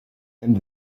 and